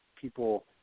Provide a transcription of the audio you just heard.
people